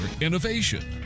innovation